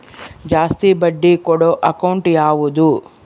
ಜಾಸ್ತಿ ಬಡ್ಡಿ ಕೊಡೋ ಅಕೌಂಟ್ ಯಾವುದು?